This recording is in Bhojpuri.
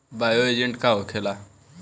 बायो एजेंट का होखेला?